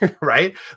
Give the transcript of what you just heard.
right